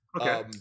Okay